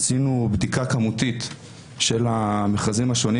עשינו בדיקה כמותית של המכרזים השונים